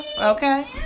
Okay